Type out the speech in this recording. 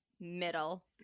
middle